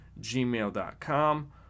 gmail.com